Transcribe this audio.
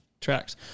tracks